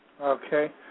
Okay